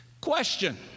Question